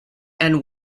and